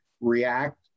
react